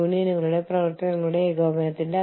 അതിനാൽ അത് സാധ്യമാണ് ക്ഷമിക്കണം